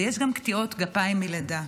ויש גם קטיעות גפיים מלידה.